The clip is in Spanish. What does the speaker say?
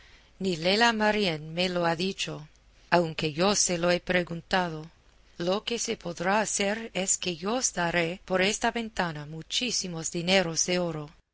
ni lela marién me lo ha dicho aunque yo se lo he preguntado lo que se podrá hacer es que yo os daré por esta ventana muchísimos dineros de oro